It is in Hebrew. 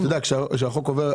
כשהחוק עובר,